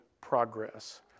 progress